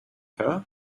her